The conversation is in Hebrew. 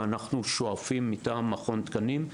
אנחנו שואפים, מטעם מכון התקנים,